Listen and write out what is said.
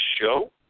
show